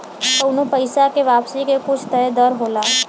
कउनो पइसा के वापसी के कुछ तय दर होला